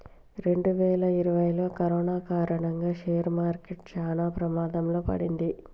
రెండువేల ఇరవైలో కరోనా కారణంగా షేర్ మార్కెట్ చానా ప్రమాదంలో పడింది